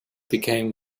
became